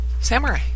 Samurai